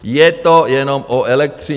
Je to jenom o elektřině.